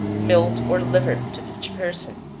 milt, or liver, to each person.